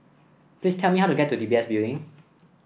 please tell me how to get to D B S Building